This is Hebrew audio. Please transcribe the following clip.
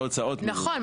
מהוצאות --- נכון,